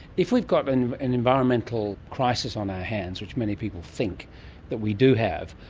if we've got an an environmental crisis on our hands, which many people think that we do have,